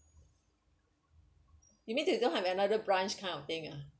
you mean they still have another branch kind of thing ah